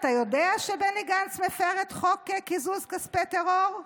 אתה יודע שבני גנץ מפר את חוק קיזוז כספי טרור?